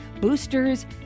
boosters